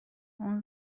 اون